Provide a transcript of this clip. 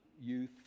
youth